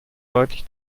deutlich